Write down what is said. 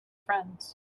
friends